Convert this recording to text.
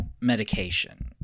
medication